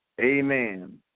Amen